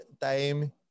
time